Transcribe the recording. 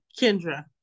Kendra